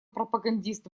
пропагандист